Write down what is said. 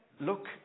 look